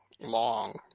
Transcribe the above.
long